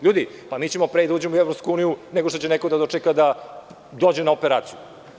Ljudi mi ćemo pre da uđemo u EU, nego što će neko da dočeka da dođe na operaciju.